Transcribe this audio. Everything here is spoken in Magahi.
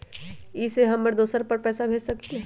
इ सेऐ हम दुसर पर पैसा भेज सकील?